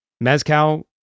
Mezcal